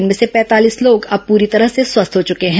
इनमें से सैंतालीस लोग अब पूरी तरह से स्वस्थ हो चुके हैं